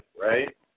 right